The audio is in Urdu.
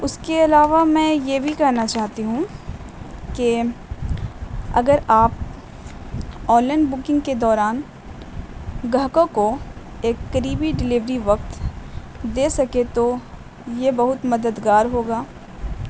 اس کے علاوہ میں یہ بھی کہنا چاہتی ہوں کہ اگر آپ آنلائن بکنگ کے دوران گاہکوں کو ایک قریبی ڈلیوری وقت دے سکیں تو یہ بہت مددگار ہوگا